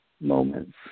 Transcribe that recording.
moments